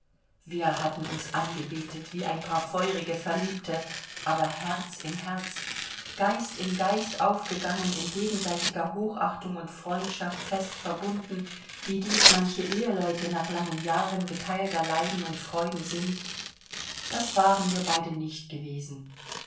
wir hatten uns angebetet wie ein paar feurige verliebte aber herz in herz geist in geist aufgegangen in gegenseitiger hochachtung und freundschaft fest verbunden wie dies manche eheleute nach langen jahren geteilten leiden und freuden sind das waren wir beide nicht gewesen